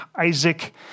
Isaac